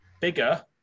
bigger